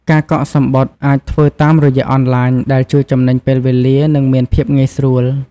ការកក់សំបុត្រអាចធ្វើតាមរយៈអនឡាញដែលជួយចំណេញពេលវេលានិងមានភាពងាយស្រួល។